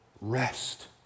Rest